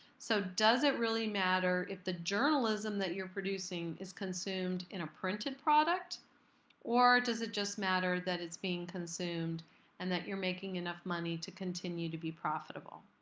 so does it really matter if the journalism that you're producing is consumed in a printed product or does it just matter that it's being consumed and that you're making enough money to continue to be profitable?